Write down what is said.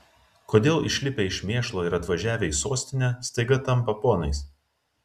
kodėl išlipę iš mėšlo ir atvažiavę į sostinę staiga tampa ponais